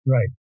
Right